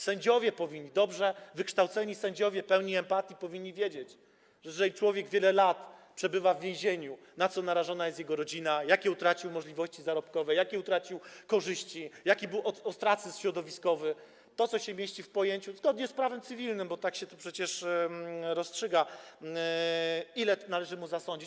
Sędziowie, dobrze wykształceni sędziowie, pełni empatii, powinni wiedzieć, jeżeli człowiek wiele lat przebywa w więzieniu, na co narażona jest jego rodzina, jakie utracił możliwości zarobkowe, jakie utracił korzyści, jaki był ostracyzm środowiskowy, to, co się mieści w pojęciu, zgodnie z prawem cywilnym, bo tak się to przecież rozstrzyga, ile należy mu zasądzić.